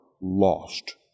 lost